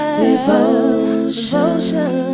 devotion